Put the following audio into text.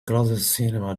closestcinema